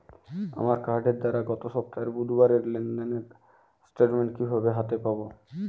আমার কার্ডের দ্বারা গত সপ্তাহের বুধবারের লেনদেনের স্টেটমেন্ট কীভাবে হাতে পাব?